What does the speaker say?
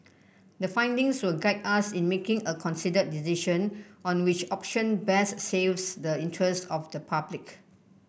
the findings will guide us in making a considered decision on which option best saves the interests of the public